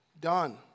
done